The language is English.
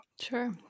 Sure